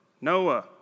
Noah